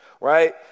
right